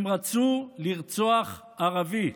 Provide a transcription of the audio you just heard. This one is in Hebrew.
הם רצו לרצוח ערבי.